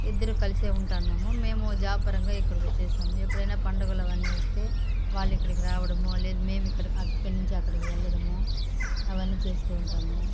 ఇద్దరు కలిసే ఉంటాన్నాము మేము జాబ్ పరంగా ఇక్కడికి వచ్చేశాము ఎప్పుడైనా పండగలు అవన్నీ వస్తే వాళ్ళు ఇక్కడికి రావడము లేదు మేము ఇక్కడ అక్కడ నుంచి అక్కడికి వెళ్ళడము అవన్నీ చేస్తూ ఉంటాము